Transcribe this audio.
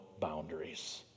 boundaries